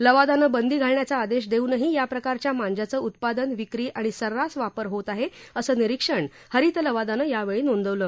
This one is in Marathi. लवादानं बंदी घालण्याचा आदेश देऊनही या प्रकारच्या मांज्याचं उत्पादन विक्री आणि सर्रास वापर होत आहे असं निरिक्षण हरित लवादानं यावेळी नोंदवलं